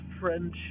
friendship